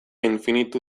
infinitu